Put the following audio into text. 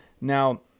Now